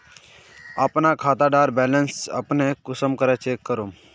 अपना खाता डार बैलेंस अपने कुंसम करे चेक करूम?